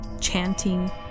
chanting